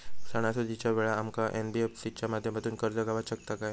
सणासुदीच्या वेळा आमका एन.बी.एफ.सी च्या माध्यमातून कर्ज गावात शकता काय?